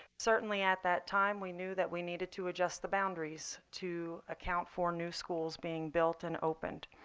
certainly, at that time, we knew that we needed to adjust the boundaries to account for new schools being built and opened.